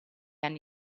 anni